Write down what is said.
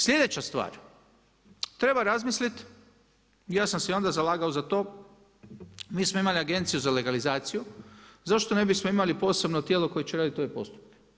Sljedeća stvar, treba razmisliti i ja sam se onda zalagao za to, mi smo imali Agenciju za legalizaciju, zašto ne bismo imali posebno tijelo koje će raditi ove postupke.